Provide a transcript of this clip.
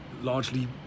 largely